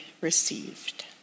received